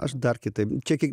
aš dar kitaip čia kiek